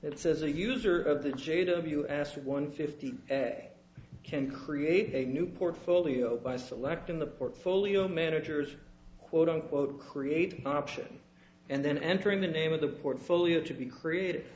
that says a user of the jado you asked one fifty can create a new portfolio by selecting the portfolio managers quote unquote create option and then entering the name of the portfolio to be creat